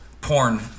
porn